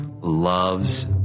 loves